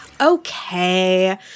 Okay